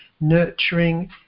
nurturing